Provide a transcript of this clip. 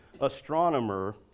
astronomer